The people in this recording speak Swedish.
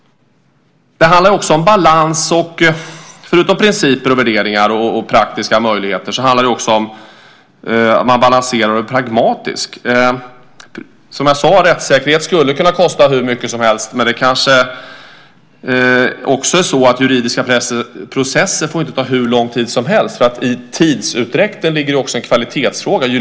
Det handlar också om balans. Förutom principer, värderingar och praktiska möjligheter handlar det också om att man balanserar och är pragmatisk. Som jag sade skulle rättssäkerhet kunna kosta hur mycket som helst, men det kanske också är så att juridiska processer inte får ta hur lång tid som helst, därför att i tidsutdräkten ligger också en kvalitetsfråga.